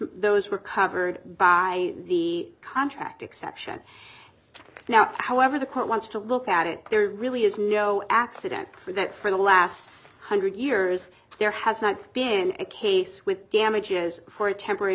those were covered by the contract exception now however the court wants to look at it there really is no accident that for the last hundred years there has not been a case with damages for a temporary